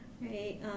right